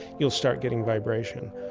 you'll start getting vibrations.